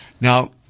Now